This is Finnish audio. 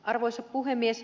arvoisa puhemies